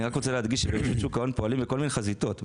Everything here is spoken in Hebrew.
אני רוצה להדגיש שברשות שוק ההון פועלים בכל מיני חזיתות.